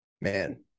man